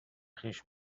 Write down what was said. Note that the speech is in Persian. خویش